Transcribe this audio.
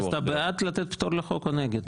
אז אתה בעד לתת פטור לחוק או נגד?